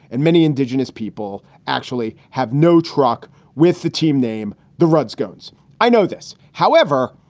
and many indigenous people actually have no truck with the team name the redskins. i know this, however.